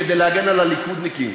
כדי להגן על הליכודניקים